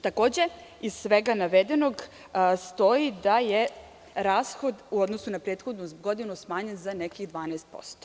Takođe, iz svega navedenog stoji da je rashod u odnosu na prethodnu godinu smanjen za nekih 12%